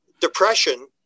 depression